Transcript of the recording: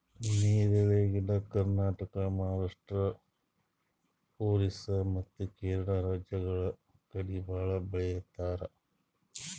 ನೇರಳೆ ಗಡ್ಡಿ ಕರ್ನಾಟಕ, ಮಹಾರಾಷ್ಟ್ರ, ಓರಿಸ್ಸಾ ಮತ್ತ್ ಕೇರಳ ರಾಜ್ಯಗಳ್ ಕಡಿ ಭಾಳ್ ಬೆಳಿತಾರ್